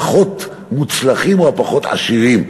הפחות-מוצלחים או הפחות-עשירים,